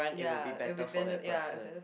ya it will be be~ ya better